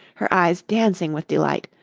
her eyes dancing with delight.